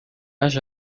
âge